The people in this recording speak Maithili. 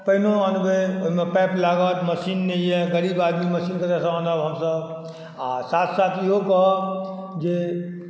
पानियो अनबै ओहि मे पाइप लागत मशीन नहि अछि गरीब आदमी मशीन कतऽ सँ आनब हमसब आ साथ साथ इहो कहब जे